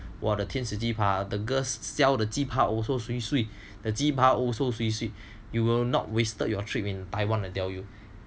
!wah! the 天使鸡扒 the girls sell the 鸡扒 also sui sui 鸡扒的 also swee swee you will not wasted your trip when I want to tell you